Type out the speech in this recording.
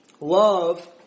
love